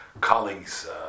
colleagues